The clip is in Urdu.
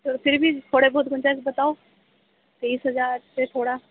سر پھر بھی تھوڑے بہت گنجائش بتاؤ تیس ہزار سے تھوڑا